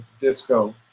disco